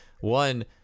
one